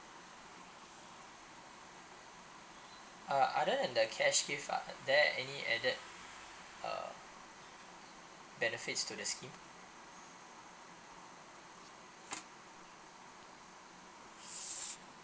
uh other than the cash gift are there any added uh benefits to the scheme